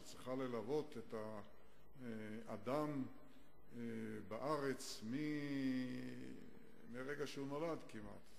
שצריכה ללוות את האדם בארץ מרגע שהוא נולד כמעט,